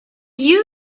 you